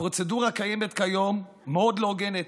הפרוצדורה הקיימת כיום מאוד לא הוגנת.